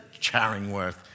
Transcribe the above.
Charingworth